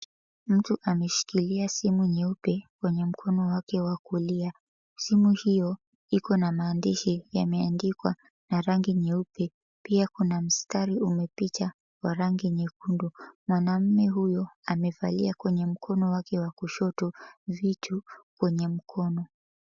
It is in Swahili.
Mtu ameshikilia simu nyeupe kwenye mkono wake wa kulia. Simu hiyo iko na maandishi yameandikwa na rangi nyeupe pia kuna mstari umepita wa rangi nyekundu mwanamume huyo amevalia kwenye mkono wake wa kushoto vitu kwenye mkono.